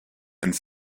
and